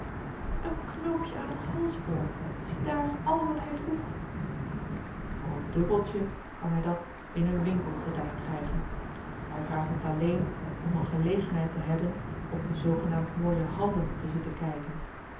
een knoopje aan een halsboord ziedaar al wat hij vroeg voor een dubbeltje kan hij dat in een winkel gedaan krijgen hij vraagt het alleen om een gelegenheid te hebben op je zoogenaamd mooie handen te zitten kijken